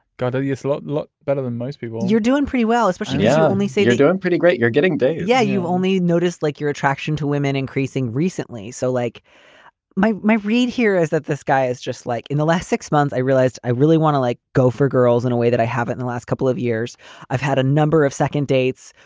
you slut look better than most people. you're doing pretty well, especially you yeah only say you're doing pretty great. you're getting day. yeah. you only notice like your attraction to women increasing recently. so like my my read here is that this guy is just like in the last six months i realized i really want to like go for girls in a way that i haven't the last couple of years i've had a number of second dates,